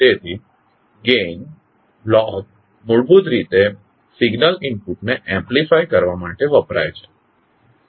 તેથી gain block મૂળભૂત રીતે સિગ્નલ ઇનપુટને એમ્પ્લિફાય કરવા માટે વપરાય છે